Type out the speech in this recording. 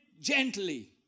Gently